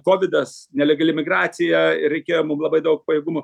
kovidas nelegali migracija ir reikėjo mum labai daug pajėgumų